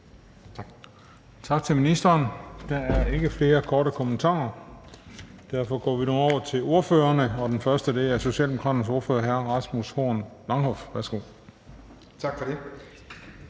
Tak til ministeren. Der er ikke flere korte bemærkninger. Derfor går vi nu over til ordførerne, og den første er Socialdemokraternes ordfører, hr. Rasmus Horn Langhoff. Værsgo. Kl.